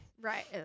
Right